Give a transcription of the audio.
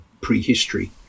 prehistory